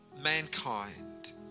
mankind